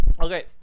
Okay